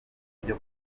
ryo